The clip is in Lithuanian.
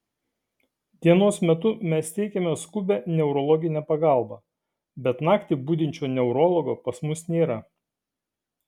dienos metu mes teikiame skubią neurologinę pagalbą bet naktį budinčio neurologo pas mus nėra